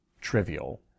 trivial